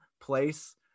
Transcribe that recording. place